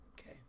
Okay